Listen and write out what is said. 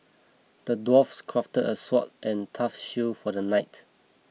the dwarf crafted a sword and tough shield for the knight